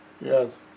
Yes